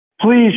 Please